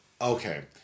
Okay